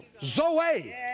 zoe